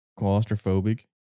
claustrophobic